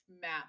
map